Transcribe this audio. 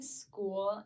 school